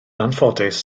anffodus